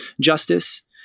justice